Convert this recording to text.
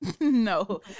No